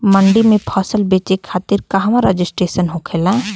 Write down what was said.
मंडी में फसल बेचे खातिर कहवा रजिस्ट्रेशन होखेला?